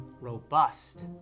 robust